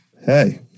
Hey